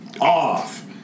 off